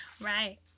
Right